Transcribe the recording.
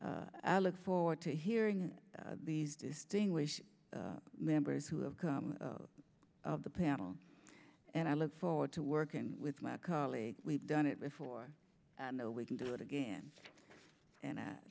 i look forward to hearing these distinguish members who have come of the panel and i look forward to working with my colleagues we've done it before i know we can do it again and i